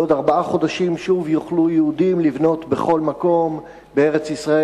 בעוד ארבעה חודשים שוב יוכלו יהודים לבנות בכל מקום בארץ-ישראל,